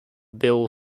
bill